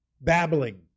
babbling